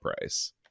price